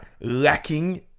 lacking